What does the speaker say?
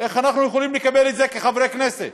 איך אנחנו יכולים לקבל את זה כחברי כנסת?